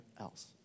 else